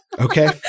Okay